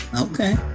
Okay